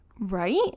Right